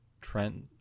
Trent